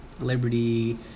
Liberty